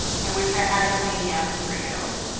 i wish i had a clean yes for you.